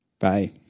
Bye